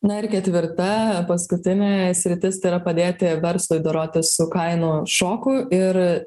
na ir ketvirta paskutinė sritis tai yra padėti verslui dorotis su kainų šoku ir